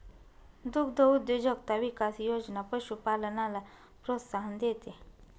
दुग्धउद्योजकता विकास योजना पशुपालनाला प्रोत्साहन देते